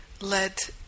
Let